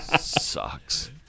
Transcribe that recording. sucks